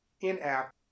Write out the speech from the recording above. in-app